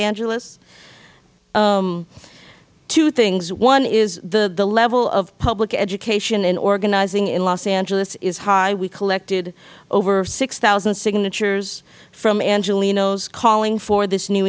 angeles two things one is the level of public education and organizing in los angeles is high we collected over six thousand signatures from angelinos calling for this new